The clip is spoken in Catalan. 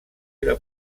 era